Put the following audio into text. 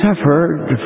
suffered